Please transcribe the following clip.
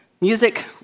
Music